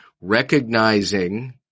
Recognizing